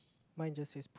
mine just is